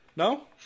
No